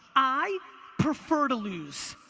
i prefer to lose.